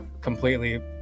completely